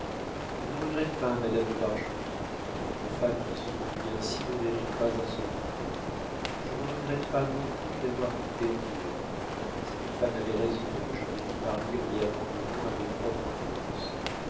je ne regrette pas madame de bargeton une femme qui se conduit ainsi ne mérite pas un souvenir je ne regrette pas non plus d'avoir quitté angoulême cette femme avait raison de me jeter dans paris en m'y abandonnant à mes propres forces